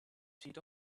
feet